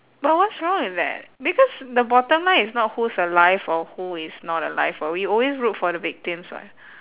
but what's wrong with that because the bottom line is not who's alive or who is not alive [what] we always root for the victims [what]